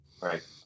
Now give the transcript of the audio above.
Right